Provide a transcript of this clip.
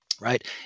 Right